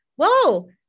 Whoa